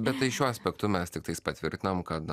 bet tai šiuo aspektu mes tiktais patvirtinam kad na